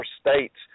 states